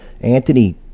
Anthony